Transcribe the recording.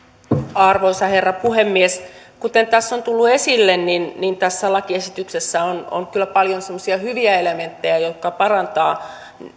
arvoisa herra puhemies kuten tässä on tullut esille tässä lakiesityksessä on on kyllä paljon semmoisia hyviä elementtejä jotka parantavat